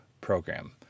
program